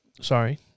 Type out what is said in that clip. sorry